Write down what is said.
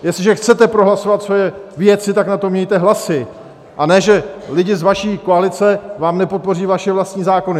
Jestliže chcete prohlasovat svoje věci, tak na to mějte hlasy, a ne že lidi z vaší koalice vám nepodpoří vaše vlastní zákony.